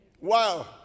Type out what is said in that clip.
Wow